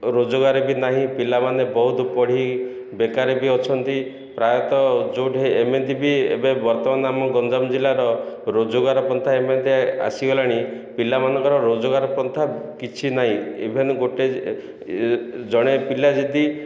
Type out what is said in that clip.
ରୋଜଗାର ବି ନାହିଁ ପିଲାମାନେ ବହୁତ ପଢ଼ି ବେକାର ବି ଅଛନ୍ତି ପ୍ରାୟତଃ ଯେଉଁଠି ଏମିତି ବି ଏବେ ବର୍ତ୍ତମାନ ଆମ ଗଞ୍ଜାମ ଜିଲ୍ଲାର ରୋଜଗାର ପ୍ରନ୍ଥା ଏମିତି ଆସିଗଲାଣି ପିଲାମାନଙ୍କର ରୋଜଗାର ପ୍ରନ୍ଥା କିଛି ନାହିଁ ଇଭେନ୍ ଗୋଟିଏ ଜଣେ ପିଲା ଯଦି